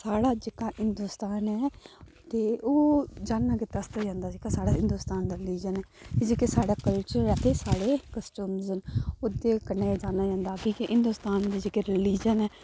साढ़ा जेह्का हिंदोस्तान ऐ ओह् जानेआ जंदा ऐ साढ़ा जेह्का हिंदोस्तान दा रलीज़ न ऐ ते जेह्का साढ़ा कल्चर ऐ ते कस्टम न ओह्दे कन्नै एह् जानेआ जंदा हिंदोस्तान दे जेह्के रलीजन ऐ